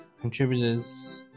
Contributors